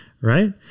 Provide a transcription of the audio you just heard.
Right